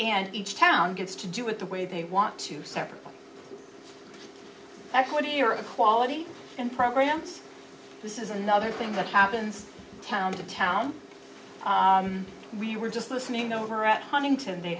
and each town gets to do it the way they want to separate equity or equality and programs this is another thing that happens town to town we were just listening over at huntington they